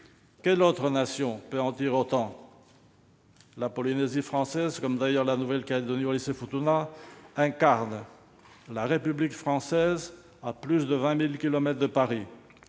Quelle autre nation peut en dire autant ? La Polynésie française, comme d'ailleurs la Nouvelle-Calédonie et Wallis-et-Futuna, incarne la République française à plus de 20 000 kilomètres de Paris.